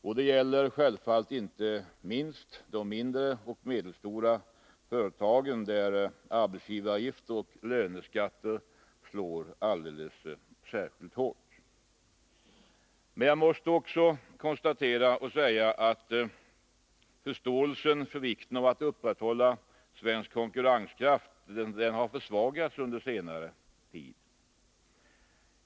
Detta gäller självfallet inte minst de mindre och medelstora företagen, där arbetsgivaravgifter och löneskatter slår alldeles särskilt hårt. Men jag måste också konstatera att förståelsen för vikten av att upprätthålla svensk konkurrenskraft har försvagats under senare tid.